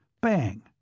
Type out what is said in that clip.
bang